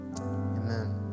Amen